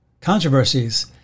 controversies